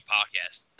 Podcast